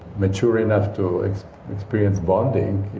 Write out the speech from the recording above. mature enough to experience bonding,